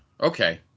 Okay